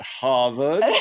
Harvard